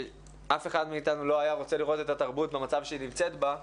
אף אחד מאיתנו לא היה רוצה לראות את התרבות במצב שהיא נמצאת בה,